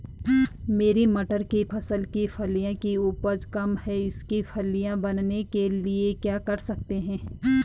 मेरी मटर की फसल की फलियों की उपज कम है इसके फलियां बनने के लिए क्या कर सकते हैं?